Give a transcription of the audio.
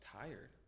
tired